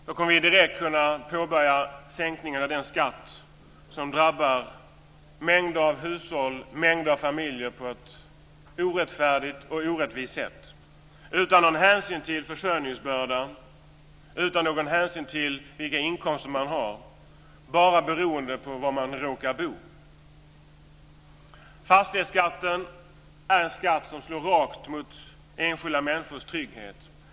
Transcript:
Då kommer vi direkt att kunna påbörja sänkningen av den skatt som drabbar mängder av hushåll och mängder av familjer på ett orättfärdigt och orättvist sätt utan någon hänsyn till försörjningsbördan, utan någon hänsyn till vilka inkomster man har - bara beroende på var man råkar bo. Fastighetsskatten är en skatt som slår rakt mot enskilda människors trygghet.